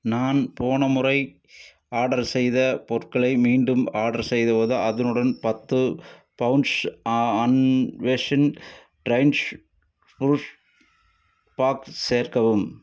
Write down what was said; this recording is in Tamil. நான் போன முறை ஆர்டர் செய்த பொருட்களை மீண்டும் ஆர்டர் செய்துவது அதனுடன் பத்து பவுன்ச் அன்வேஷன் ட்ரைன்ஷ் ஃப்ரூஷ் பாக் சேர்க்கவும்